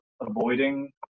avoiding